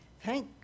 thank